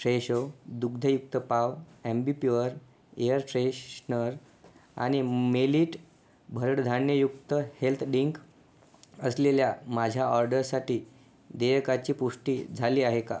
Fresho दुग्धयुक्त पाव Ambi Pur air freshener आणि मेलिट भरडधान्ययुक्त हेल्थ डिंक असलेल्या माझ्या ऑर्डरसाठी देयकाची पुष्टी झाली आहे का